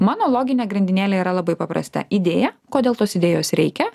mano loginė grandinėlė yra labai paprasta idėja kodėl tos idėjos reikia